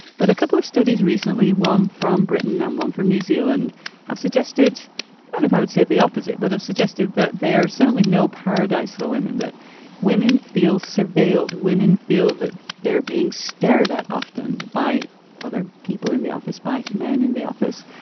but a couple of studies recently, one from britain and one from new zealand have suggested i don't know if i would say the opposite, but have suggested that there certainly no paradise for women, that women feel surveiled. women feel that they're being stared at often by other people in the office, by men in the office.